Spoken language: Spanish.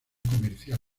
comercial